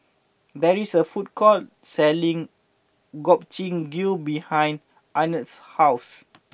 there is a food court selling Gobchang Gui behind Arnett's house